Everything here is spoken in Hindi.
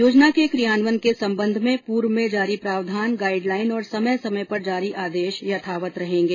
योजना के क्रियान्वयन के सम्बंध में पूर्व में जारी प्रावधान गाइडलाइन और समय समय पर जारी आदेश यथावत लागू रहेंगे